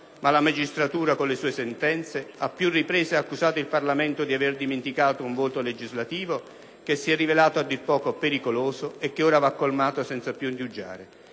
ma la magistratura con le sue sentenze, a più riprese, ha accusato il Parlamento di aver dimenticato un vuoto legislativo che si è rivelato a dir poco pericoloso e che ora va colmato senza più indugiare.